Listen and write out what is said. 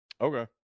Okay